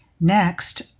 Next